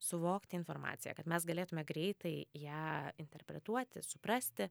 suvokti informaciją kad mes galėtume greitai ją interpretuoti suprasti